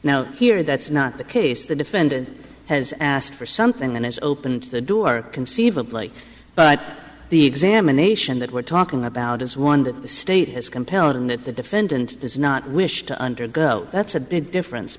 now here that's not the case the defendant has asked for something and has opened the door conceivably but the examination that we're talking about is one the state has compelling that the defendant does not wish to undergo that's a big difference